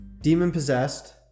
Demon-possessed